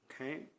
okay